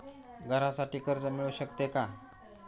घरासाठी कर्ज मिळू शकते का?